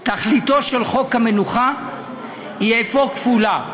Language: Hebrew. "תכליתו של חוק המנוחה היא אפוא כפולה"